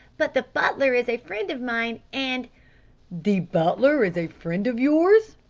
but the butler is a friend of mine and the butler is a friend of yours?